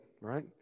right